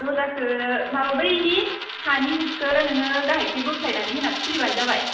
दरजाखौ माबा बैनि सानि हुखौ नोङो गाहायथिं बोख्लायनानै होना खुलिबानो जाबाय